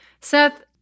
Seth